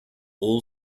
all